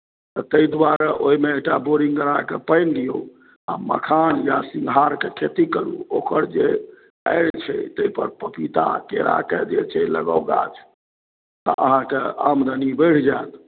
तऽ ताहि द्वारे ओहिमे एकटा बोरिंग गड़ाकेँ पानि दियौ आ मखान या सिघाड़के खेती करू ओकर जे आरि छै ताहिपर पपीता केराके जे छै लगाउ गाछ तऽ अहाँकेँ आमदनी बढ़ि जायत